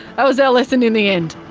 that was our lesson in the end.